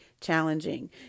challenging